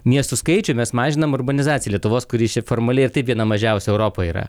miestų skaičių mes mažinam urbanizaciją lietuvos kuri šiaip formaliai ir taip viena mažiausių europoje yra